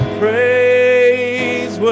praise